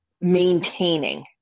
maintaining